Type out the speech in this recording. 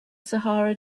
sahara